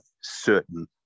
certain